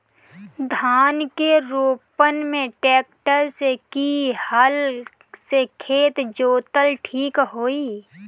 धान के रोपन मे ट्रेक्टर से की हल से खेत जोतल ठीक होई?